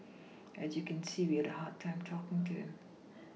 as you can see we had a hard time talking to him